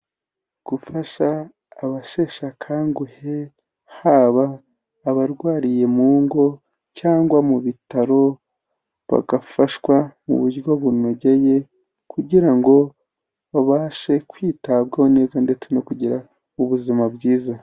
Gufasha abasheshakakanguhe haba abarwariye mu ngo cyangwa mu bitaro bagafashwa mu buryo bunogeye kugira ngo babashe kwitabwaho neza, ndetse no kugira ubuzima bwiza.